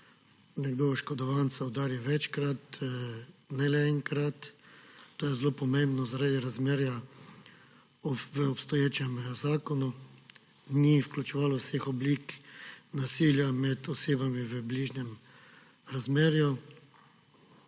nekdo oškodovanca udari večkrat, ne le enkrat. To je zelo pomembno zaradi razmerja v obstoječem zakonu. Ni vključevalo vseh oblik nasilja med osebami v bližnjem razmerju.